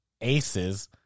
Aces